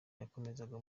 yakomezaga